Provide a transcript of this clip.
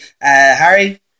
Harry